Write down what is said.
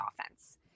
offense